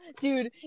Dude